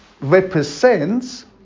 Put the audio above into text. represents